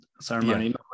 ceremony